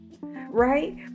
Right